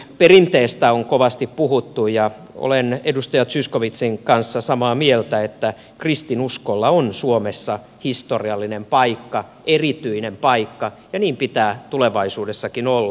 perinteestä on kovasti puhuttu ja olen edustaja zyskowiczin kanssa samaa mieltä että kristinuskolla on suomessa historiallinen erityinen paikka ja niin pitää tulevaisuudessakin olla